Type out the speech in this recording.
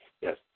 Yes